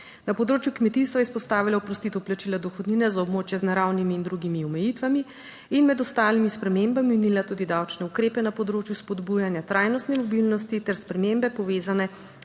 Na področju kmetijstva je izpostavila oprostitev plačila dohodnine za območje z naravnimi in drugimi omejitvami. In med ostalimi spremembami omenila tudi davčne ukrepe na področju spodbujanja trajnostne mobilnosti ter spremembe povezane